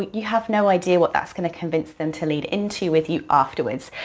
you have no idea what's that gonna convince them to lead into with you afterwards.